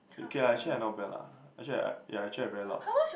okay ah actually I not bad lah actually I yeah actually I very loud